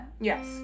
Yes